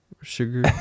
sugar